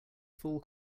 full